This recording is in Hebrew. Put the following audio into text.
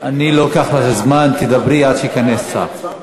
אני לא לוקח לך זמן, תדברי עד שייכנס שר.